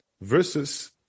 versus